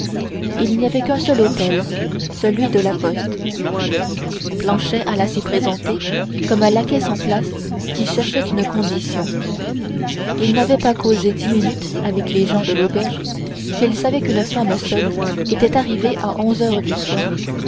il n'y avait qu'un seul hôtel celui de la poste planchet alla s'y présenter comme un laquais sans place qui cherchait une condition il n'avait pas causé dix minutes avec les gens de l'auberge qu'il savait qu'une femme seule était arrivée à onze heures du soir